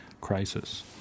crisis